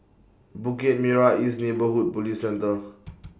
Bukit Merah East Neighbourhood Police Centre